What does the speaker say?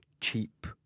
cheap